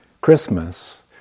Christmas